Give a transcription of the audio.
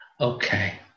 Okay